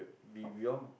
we we all